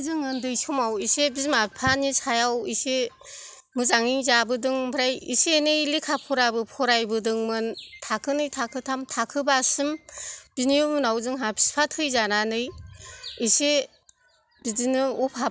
जों ओन्दै समाव एसे बिमा बिफानि सायाव एसे मोजाङै जाबोदों ओमफ्राय एसे एनै लेखा फराबो फरायबोदोंमोन थाखोनै थाखोथाम थाखोबासिम बिनि उनाव जोंहा बिफा थैजानानै एसे बिदिनो अभाब